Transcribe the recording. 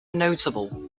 notable